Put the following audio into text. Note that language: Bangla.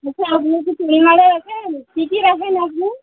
বলছি আপনি কি চুড়ি মালা রাখেন কী কী রাখেন আপনি